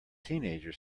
teenager